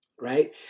right